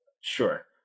Sure